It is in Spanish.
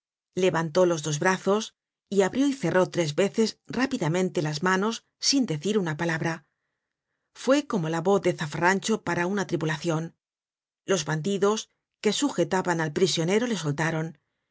levantó los dos brazos y abrió y cerró tres veces rápidamente las manos sin decir una palabra fue como la voz de zafarrancho para una tripulacion los bandidos que sujetaban al prisionero le soltaron